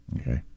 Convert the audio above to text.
Okay